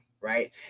right